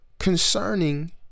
Concerning